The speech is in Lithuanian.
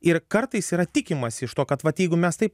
ir kartais yra tikimasi iš to kad vat jeigu mes taip